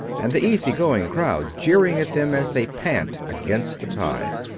and the easy-going crowd jeering at them as they pant against the tide.